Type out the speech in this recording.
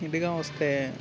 ఇదిగా వస్తే